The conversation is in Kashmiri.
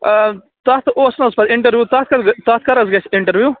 آ تتھ اوس نا سُہ اِنٹرویو تتھ کَر تتھ کَر حظ گَژھِ اَسہِ اِنٹرویو